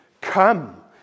Come